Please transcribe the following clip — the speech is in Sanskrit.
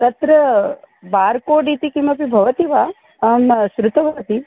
तत्र बार्कोड् इति किमपि भवति वा अहं श्रुतवती